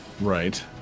Right